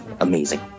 amazing